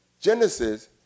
Genesis